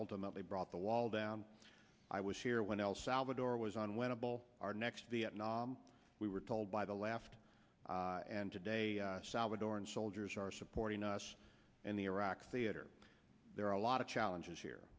ultimately brought the wall down i was here when el salvador was on when a bull our next vietnam we were told by the last and today salvadoran soldiers are supporting us in the iraq theater there are a lot of challenges here